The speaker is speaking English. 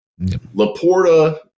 Laporta